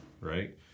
right